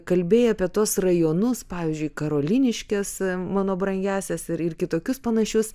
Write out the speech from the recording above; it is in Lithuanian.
kalbėjai apie tuos rajonus pavyzdžiui karoliniškes mano brangiąsias ir kitokius panašius